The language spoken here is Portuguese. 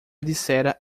dissera